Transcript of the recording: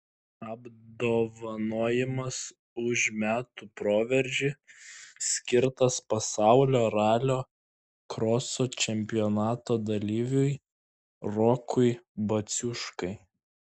apdovanojimas už metų proveržį skirtas pasaulio ralio kroso čempionato dalyviui rokui baciuškai